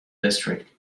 district